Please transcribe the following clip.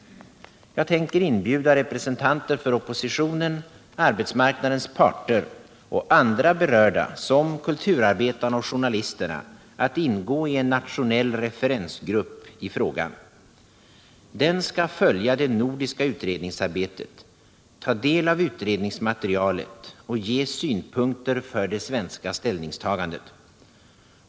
Jag tänker inbjuda representanter för oppositionen, arbetsmarknadens parter och andra berörda som kulturarbetarna och journalisterna att ingå i en nationell referensgrupp i frågan. Den skall följa det nordiska utredningsarbetet, ta del av utredningsmaterialet och ge synpunkter för det svenska ställningstagandet.